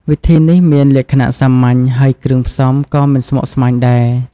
វិធីនេះមានលក្ខណៈសាមញ្ញ ហើយគ្រឿងផ្សំក៏មិនស្មុគស្មាញដែរ។